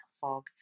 fog